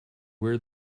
where